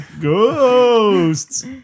Ghosts